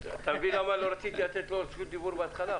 אתה מבין למה לא רציתי לתת לו רשות דיבור בהתחלה?